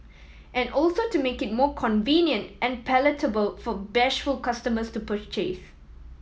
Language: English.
and also to make it more convenient and palatable for bashful customers to purchase